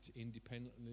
independently